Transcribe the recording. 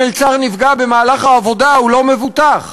אם מלצר נפגע במהלך העבודה, הוא לא מבוטח.